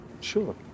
Sure